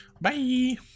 Bye